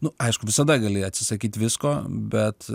nu aišku visada gali atsisakyt visko bet